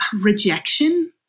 rejection